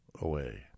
away